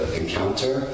encounter